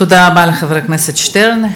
תודה רבה לחבר הכנסת שטרן.